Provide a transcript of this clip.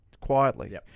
quietly